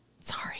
Sorry